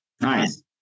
Nice